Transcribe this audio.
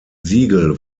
siegel